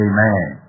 Amen